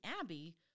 abbey